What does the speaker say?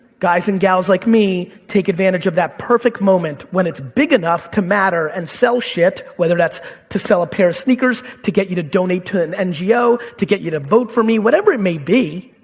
guys and gals like me take advantage of that perfect moment when it's big enough to matter, and sell shit, whether that's to sell a pair of sneakers, to get you to donate to an ngo, to get you to vote for me, whatever it may be.